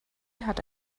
hat